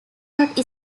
not